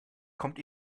kommt